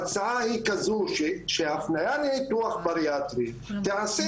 ההצעה היא כזו: שההפניה לניתוח בריאטרי תיעשה